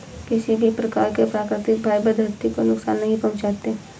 किसी भी प्रकार के प्राकृतिक फ़ाइबर धरती को नुकसान नहीं पहुंचाते